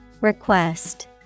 Request